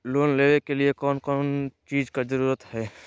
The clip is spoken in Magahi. लोन लेबे के लिए कौन कौन चीज के जरूरत है?